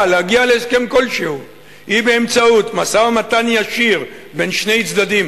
להגיע להסכם כלשהו היא באמצעות משא-ומתן ישיר בין שני צדדים,